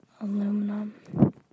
Aluminum